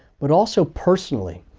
but also personally,